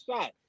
shot